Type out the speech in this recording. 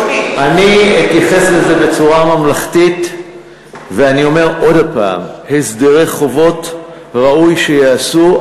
אני אתייחס לזה בצורה ממלכתית ואומר עוד הפעם: הסדרי חובות ראוי שייעשו,